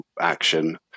action